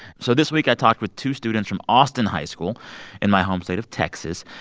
so this week, i talked with two students from austin high school in my home state of texas.